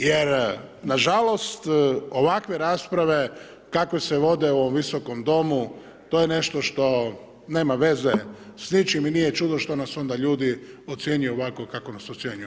Jer na žalost ovakve rasprave kakve se vode u ovom Visokom domu to je nešto što nema veze s ničim i nije čudo što nas onda ljudi ocjenjuju ovako kako nas ocjenjuju.